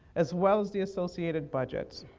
as well as the associated budgets.